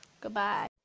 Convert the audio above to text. Goodbye